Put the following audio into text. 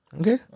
Okay